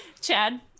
Chad